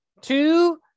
two